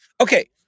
Okay